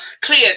clear